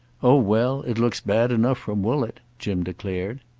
oh well, it looks bad enough from woollett! jim declared.